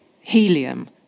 Helium